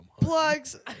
Plugs